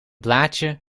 blaadje